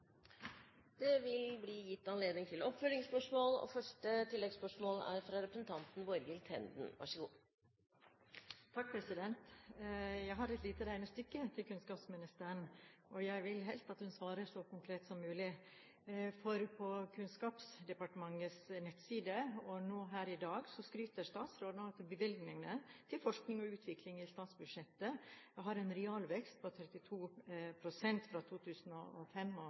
Det blir gitt anledning til oppfølgingsspørsmål – først Borghild Tenden. Jeg har et lite regnestykke til kunnskapsministeren, og jeg vil helst at hun svarer så konkret som mulig. På Kunnskapsdepartementets nettsider og nå her i dag skryter statsråden av at bevilgningene til forskning og utvikling i statsbudsjettet har en realvekst på 32 pst. fra 2005